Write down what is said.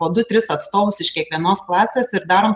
po du tris atstovus iš kiekvienos klasės ir darom